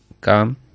Come